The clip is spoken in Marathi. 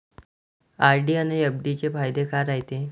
आर.डी अन एफ.डी चे फायदे काय रायते?